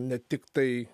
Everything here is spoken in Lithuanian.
ne tiktai